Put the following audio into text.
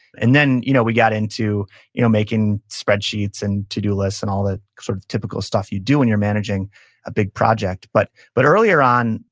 and then, you know we got into you know making spreadsheets, and to-do lists, and all the sort of typical stuff you do when you're managing a big project. but but earlier on,